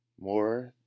More